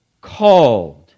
called